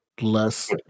less